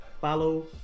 follow